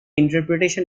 interpretation